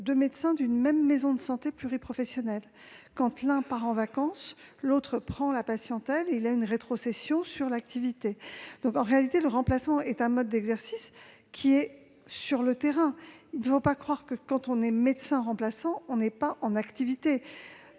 deux médecins d'une même maison de santé pluriprofessionnelle : quand l'un part en vacances, l'autre récupère la patientèle et perçoit une rétrocession sur l'activité. En réalité, le remplacement est un mode d'exercice sur le terrain. Il ne faut pas croire que lorsqu'on est médecin remplaçant, on n'est pas en activité.